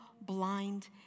blind